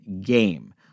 game